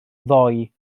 ddoi